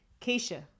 Keisha